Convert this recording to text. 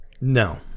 No